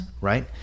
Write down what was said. right